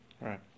right